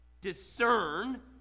discern